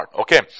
Okay